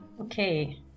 Okay